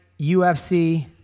UFC